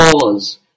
pause